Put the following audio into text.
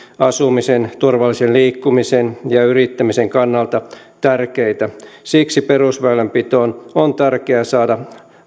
asumisen turvallisen liikkumisen ja yrittämisen kannalta tärkeitä siksi perusväylänpitoon on tärkeää saada